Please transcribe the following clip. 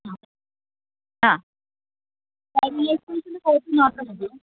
ആ ആ ഡ്രൈവിങ് ലൈസന്സിന്റെ കോപ്പി മാത്രം മതിയോ